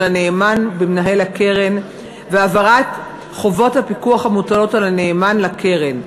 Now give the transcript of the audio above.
הנאמן במנהל הקרן והבהרת חובות הפיקוח המוטלות על הנאמן לקרן,